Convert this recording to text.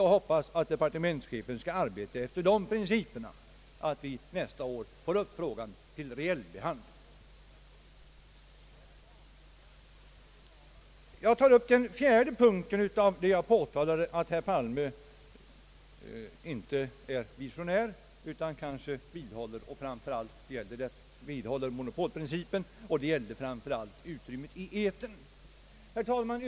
Jag hoppas att departementschefen skall arbeta efter dessa principer och att vi nästa år får upp frågan till reell behandling. Jag tar härefter upp den fjärde punkten beträffande vilken jag sagt att herr Palme inte är visionär utan vidhåller monopolprincipen. Det gäller framför allt utrymmet i etern.